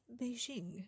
Beijing